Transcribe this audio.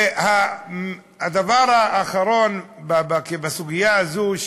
הדבר האחרון בסוגיה הזאת,